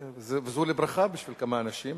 זה לברכה בשביל כמה אנשים,